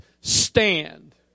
stand